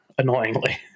Annoyingly